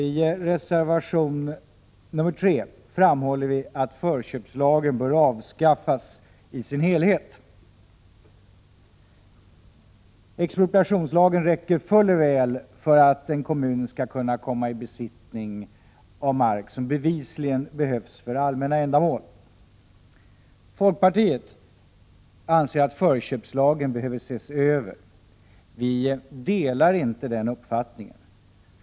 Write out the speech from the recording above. I reservation nr 3 framhåller vi att förköpslagen bör avskaffas i sin helhet. Expropriationslagen räcker fuller väl för att en kommun skall kunna komma i besittning av mark som bevisligen behövs för allmänna ändamål. Folkpartiet anser att förköpslagen behöver ses över. Vi delar inte den uppfattningen.